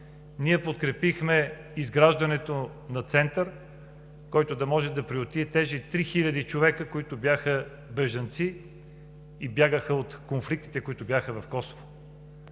подкрепихме изграждането на център, който да може да приюти тези 3000 човека, които бяха бежанци и бягаха от конфликтите в Косово.